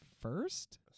first